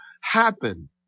happen